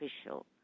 official